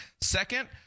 Second